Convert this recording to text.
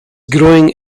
growing